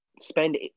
spend